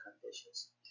conditions